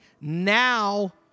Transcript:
now